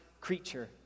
creature